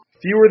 fewer